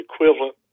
equivalent